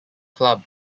club